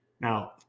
Now